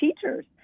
teachers